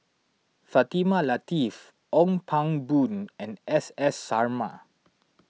Fatimah Lateef Ong Pang Boon and S S Sarma